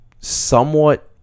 somewhat